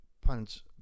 punch